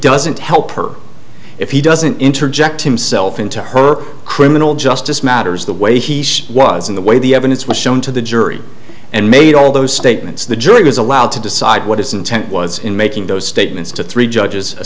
doesn't help her if he doesn't interject himself into her criminal justice matters the way he was in the way the evidence was shown to the jury and made all those statements the jury was allowed to decide what his intent was in making those statements to three judges